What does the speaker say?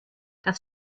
das